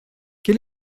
quel